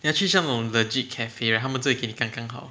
你要去那种 legit cafe right then 他们就会给你刚刚好